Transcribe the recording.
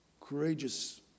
courageous